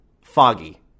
foggy